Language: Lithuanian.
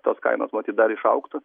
tos kainos matyt dar išaugtų